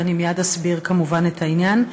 ואני מייד אסביר כמובן את העניין.